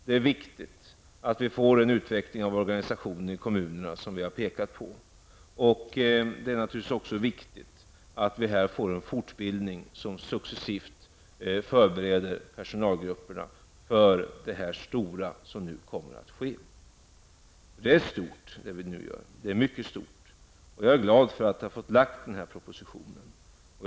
Det är viktigt att organisationen ute i kommunerna utvecklas på det sätt som vi har talat om och att vi får en fortbildning som successivt förbereder personalgrupperna för det stora som nu kommer att ske. Det är stort, det vi nu gör, mycket stort. Jag är glad över att ha fått lägga fram denna proposition.